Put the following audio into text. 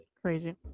Crazy